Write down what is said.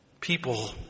People